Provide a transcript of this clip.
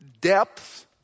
depth